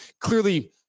clearly